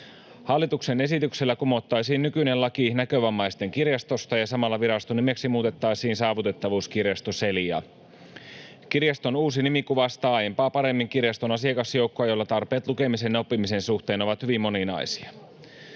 Hallituksen esityksellä kumottaisiin nykyinen laki Näkövammaisten kirjastosta ja samalla viraston nimeksi muutettaisiin Saavutettavuuskirjasto Celia. Kirjaston uusi nimi kuvastaa aiempaa paremmin kirjaston asiakasjoukkoa, jolla tarpeet lukemisen ja oppimisen suhteen ovat hyvin moninaisia.